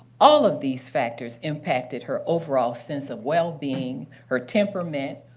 all of these factors impacted her overall sense of well-being, her temperament,